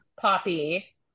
Poppy